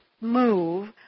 move